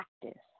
practice